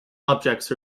objects